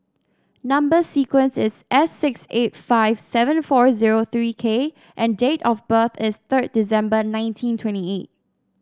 number sequence is S six eight five seven four zero three K and date of birth is third December nineteen twenty eight